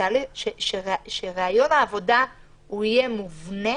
כלומר שראיון העבודה יהיה מובנה